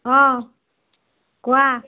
অঁ কোৱা